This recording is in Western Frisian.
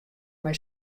mei